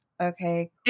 okay